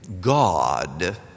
God